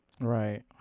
Right